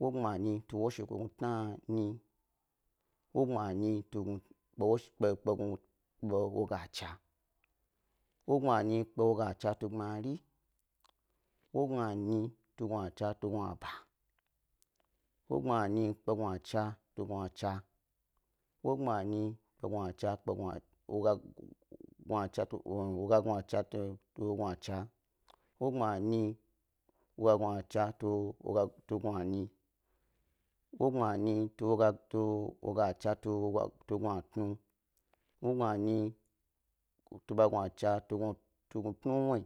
wogbma gnunyi tu woshi tu tnanyi, woga nyi kpe woshi kpe woga chna, woga nyi kpe wogachna tu gbmari, woga nyi kpe wogachna tu gnuba, woga nyi kpe wogachna tu gnuchna, woga nyi kpe wogachna tu gnunyi, woga nyi kpe wogachna tu gnutnu, woganyi kpe wogachna tu tnawnuwyi.